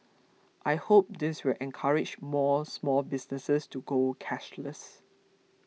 I hope this will encourage more small businesses to go cashless